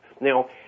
now